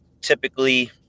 typically